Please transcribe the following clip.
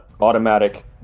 automatic